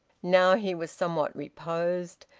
now he was somewhat reposed.